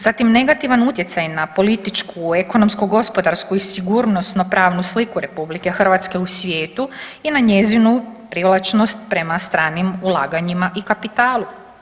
Zatim negativan utjecaj na političku, ekonomsko gospodarsku i sigurnosno pravnu sliku RH u svijetu i na njezinu privlačnost prema stranim ulaganjima i kapitalu.